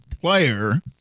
player